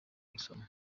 gusoma